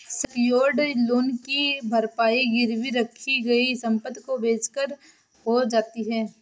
secured loan की भरपाई गिरवी रखी गई संपत्ति को बेचकर हो जाती है